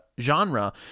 genre